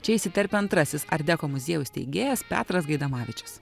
čia įsiterpia antrasis art deko muziejaus steigėjas petras gaidamavičius